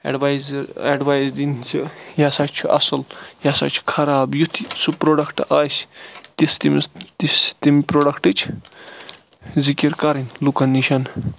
ایڈوایزٕ advice دِنۍ زِ یہِ ہَسا چھُ اصل یہِ ہَسا چھُ خَراب یُتھ یہِ سُہ پروڈَکٹ آسہِ تِژھ تٔمِس تِژھ تِمہِ پروڈَکٹِچ ذِکر کَرٕنۍ لُکَن نِش